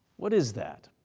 what is that?